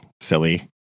silly